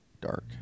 dark